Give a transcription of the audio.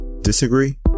disagree